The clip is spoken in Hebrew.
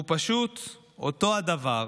הוא פשוט אותו הדבר